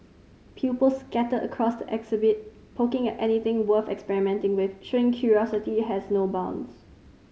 pupils scattered around the exhibits poking at anything worth experimenting with showing curiosity has no bounds